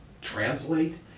translate